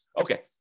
Okay